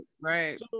Right